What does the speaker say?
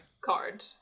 Card